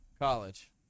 College